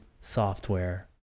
software